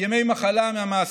ימי מחלה מהמעסיק,